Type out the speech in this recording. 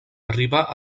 arribà